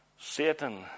Satan